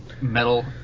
metal